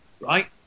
right